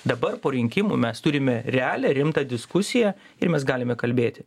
dabar po rinkimų mes turime realią rimtą diskusiją ir mes galime kalbėti